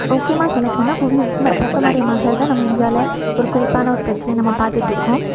முக்கியமாக சொல்லப் போனால் புவி வெப்பமயமாகறத நம்ம இந்தியாவில் ஒரு குறிப்பான ஒரு பிரச்சனையாக நம்ம பார்த்துட்ருக்கோம்